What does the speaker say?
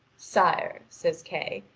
sire, says kay,